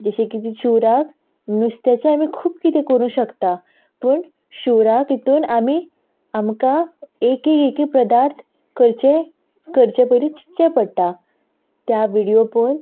जशें कितें शिवराक नुस्त्याचें आमी खूब किदें करूं शकता पूण शिवराक हितून आमी आमकां एक एक एक एक पदार्थ करचें पयलीं चिंतचें पडटा त्या विडियो पळोवन